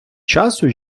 часу